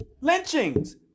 Lynchings